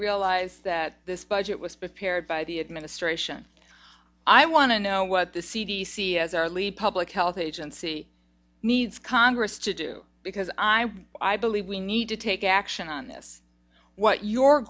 realize that this budget was but pared by the administration i want to know what the c d c as our lead public health agency needs congress to do because i i believe we need to take action on this what your